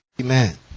Amen